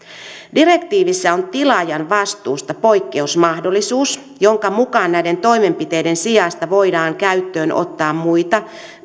direktiivissä on tilaajan vastuusta poikkeusmahdollisuus jonka mukaan näiden toimenpiteiden sijasta voidaan käyttöön ottaa muita